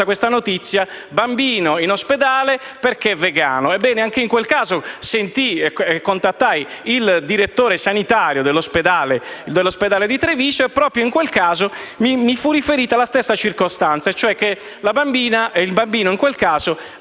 la notizia di un bambino in ospedale perché vegano. Ebbene, anche in quel caso contattai il direttore sanitario dell'ospedale di Treviso e proprio in quel frangente mi fu riferita la stessa circostanza, cioè che il bambino aveva